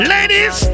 Ladies